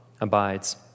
abides